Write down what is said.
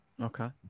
Okay